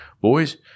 boys